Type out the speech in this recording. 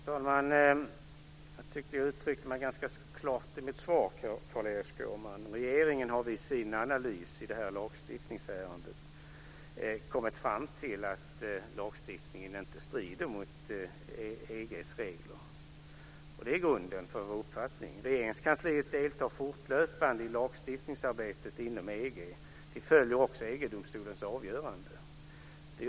Fru talman! Jag tyckte att jag uttryckte mig ganska klart i mitt svar, Carl-Erik Skårman. Regeringen har vid sina analyser i det här lagstiftningsärendet kommit fram till att lagstiftningen inte strider mot EG:s regler. Det är grunden för vår uppfattning. Regeringskansliet deltar fortlöpande i lagstiftningsarbetet inom EG. Vi följer också EG domstolens avgöranden.